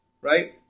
right